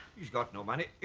he's got no money.